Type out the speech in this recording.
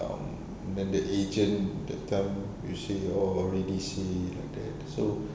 um then the agent that time you say oh already see like that so